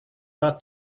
that